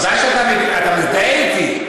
בוודאי, אתה מזדהה אתי.